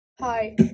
Hi